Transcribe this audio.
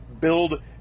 build